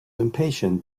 impatient